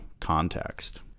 context